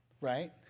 Right